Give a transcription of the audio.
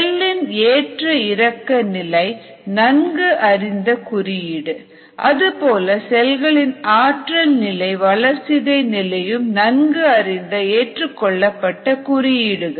செல்லின் ஏற்ற இறக்க நிலை நன்கு அறிந்த குறியீடு அதுபோல செல்களின் ஆற்றல் நிலை வளர்சிதை நிலையும் நன்கு அறிந்த ஏற்றுக்கொள்ளப்பட்ட குறியீடுகள்